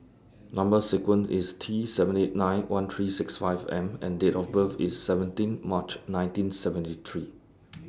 Number sequence IS T seven eight nine one three six five M and Date of birth IS seventeen March nineteen seventy three